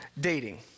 dating